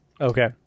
Okay